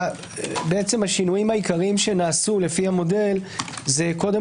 בעצם השינויים העיקריים שנעשו לפי המודל זה קודם